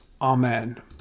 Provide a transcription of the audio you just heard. Amen